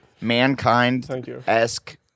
mankind-esque